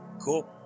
Cool